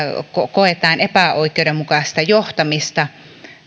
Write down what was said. koetaan epäoikeudenmukaista johtamista